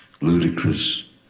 ludicrous